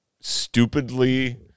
stupidly